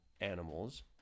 animals